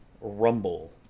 rumble